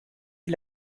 die